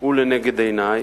הוא לנגד עיני,